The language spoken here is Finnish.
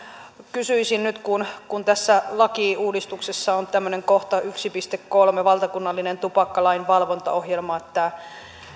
kysyisin nyt kun kun tässä lakiuudistuksessa on tämmöinen kohta yhden piste kolmen valtakunnallinen tupakkalain valvontaohjelma